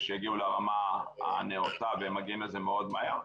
שיגיעו לרמה הנאותה ומגיעים לזה מאוד מהר.